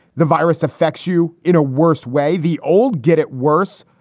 the virus affects you in a worse way. the old get it worse,